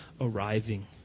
arriving